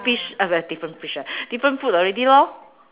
fish different fish ah different fruit already lor